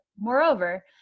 moreover